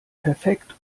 perfekt